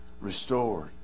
restored